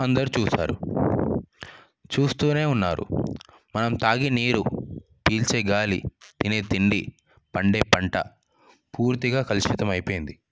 అందరూ చూసారు చూస్తూనే ఉన్నారు మనం తాగేనీరు పీల్చే గాలి తినే తిండి పండే పంట పూర్తిగా కలుషితం అయిపోయింది